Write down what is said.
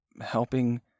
helping